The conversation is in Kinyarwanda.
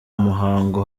muhango